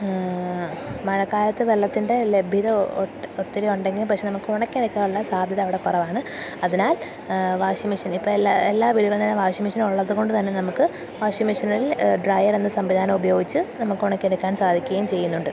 ആ മഴക്കാലത്ത് വെള്ളത്തിൻ്റെ ലഭ്യത ഒത്തിരി ഉണ്ടെങ്കിലും പക്ഷെ നമുക്ക് ഉണക്കിയെടുക്കുവാനുള്ള സാധ്യത അവിടെ കുറവാണ് അതിനാൽ വാഷിംഗ് മെഷീൻ ഇപ്പോള് എല്ലാ എല്ലാ വീടുകളിലും തന്നെ വാഷിംഗ് മെഷീൻ ഉള്ളതുകൊണ്ടു തന്നെ നമുക്ക് വാഷിംഗ് മെഷീനിൽ ഡ്രയർ എന്ന സംവിധാനം ഉപയോഗിച്ച് നമുക്ക് ഉണക്കിയെടുക്കാൻ സാധിക്കുകയും ചെയ്യുന്നുണ്ട്